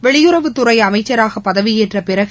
வெளியுறவுத்துறைஅமைச்சராகபதவியேற்றபிறகு